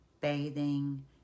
bathing